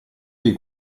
dei